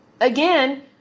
Again